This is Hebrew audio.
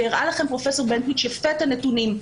והראה לכם פרופ' בנטואיץ יפה את הנתונים,